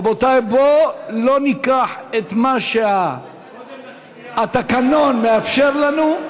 רבותיי, בואו לא ניקח את מה שהתקנון מאפשר לנו,